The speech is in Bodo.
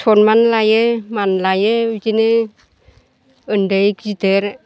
सन्मान लायो मान लायो बिदिनो उन्दै गिदिर